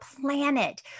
planet